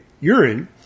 urine